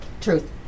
Truth